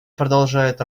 продолжает